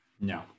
No